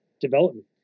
development